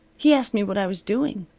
he asked me what i was doing.